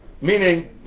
Meaning